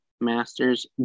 master's